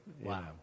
Wow